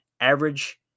Average